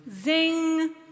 Zing